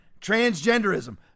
transgenderism